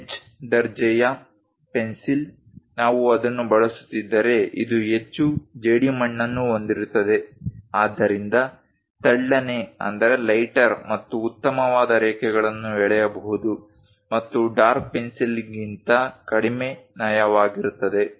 H ದರ್ಜೆಯ pencil ನಾವು ಅದನ್ನು ಬಳಸುತ್ತಿದ್ದರೆ ಇದು ಹೆಚ್ಚು ಜೇಡಿಮಣ್ಣನ್ನು ಹೊಂದಿರುತ್ತದೆ ಆದ್ದರಿಂದ ತೆಳ್ಳನೆ ಮತ್ತು ಉತ್ತಮವಾದ ರೇಖೆಗಳನ್ನು ಎಳೆಯಬಹುದು ಮತ್ತು ಡಾರ್ಕ್ ಪೆನ್ಸಿಲ್ಗಿಂತ ಕಡಿಮೆ ನಯವಾಗಿರುತ್ತದೆ